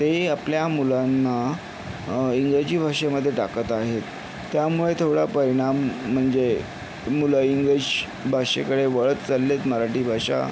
तेही आपल्या मुलांना इंग्रजी भाषेमध्ये टाकत आहेत त्यामुळे थोडा परिणाम म्हणजे मुलं इंग्लिश भाषेकडे वळत चाललेत मराठी भाषा